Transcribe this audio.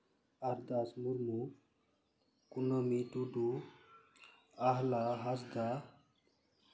ᱟᱨᱫᱟᱥ ᱢᱩᱨᱢᱩ ᱠᱩᱱᱟᱹᱢᱤ ᱴᱩᱰᱩ ᱟᱦᱞᱟ ᱦᱟᱸᱥᱫᱟ